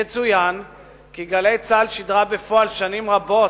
יצוין כי "גלי צה"ל" שידרה בפועל שנים רבות